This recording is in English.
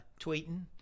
tweeting